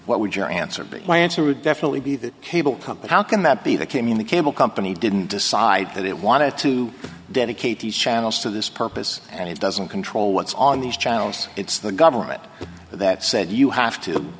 what would your answer be my answer would definitely be that cable company how can that be the came in the cable company didn't decide that it wanted to dedicate the channels to this purpose and it doesn't control what's on these channels it's the government that said you have to